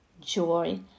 joy